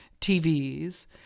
tvs